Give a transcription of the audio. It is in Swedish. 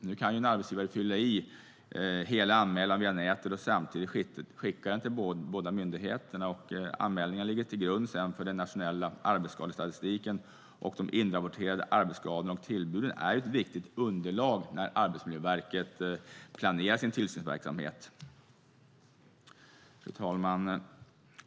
Nu kan en arbetsgivare fylla i hela anmälan via nätet och samtidigt skicka den till båda myndigheterna. Anmälningarna ligger sedan till grund för den nationella arbetsskadestatistiken. De inrapporterade arbetsskadorna och tillbuden är ett viktigt underlag när Arbetsmiljöverket planerar sin tillsynsverksamhet. Fru talman!